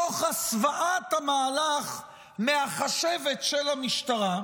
תוך הסוואת המהלך מהחשבת של המשטרה,